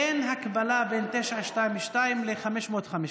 אין הקבלה בין 922 ל-550